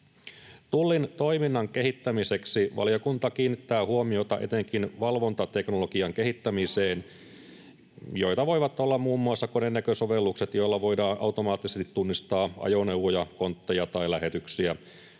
Tullin toiminnan kehittämiseksi valiokunta kiinnittää huomiota etenkin valvontateknologian kehittämiseen, jota voivat olla muun muassa konenäkösovellukset, joilla voidaan automaattisesti tunnistaa ajoneuvoja, kontteja tai lähetyksiä.